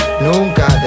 nunca